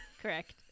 Correct